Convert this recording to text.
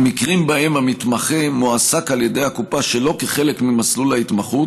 במקרים שבהם המתמחה מועסק על ידי הקופה שלא כחלק ממסלול ההתמחות,